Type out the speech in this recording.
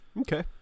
Okay